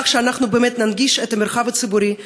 כך שבאמת ננגיש את המרחב הציבורי,